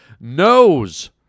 knows